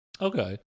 Okay